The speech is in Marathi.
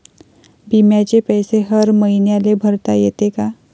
बिम्याचे पैसे हर मईन्याले भरता येते का?